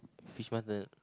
Fish Mar~